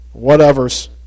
whatevers